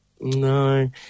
No